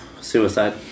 Suicide